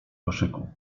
koszyku